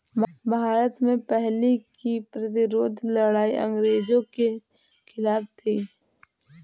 भारत में पहली कर प्रतिरोध लड़ाई अंग्रेजों के खिलाफ थी